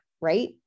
right